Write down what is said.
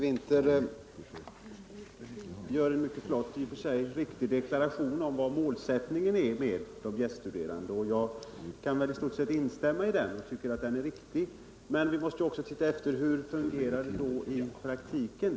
Herr talman! Fru Winther ger en riktig deklaration om målsättningen med att vi tar emot gäststuderande. Jag kan i stort sett instämma i den deklarationen. Men vi måste också se hur det hela fungerar i praktiken.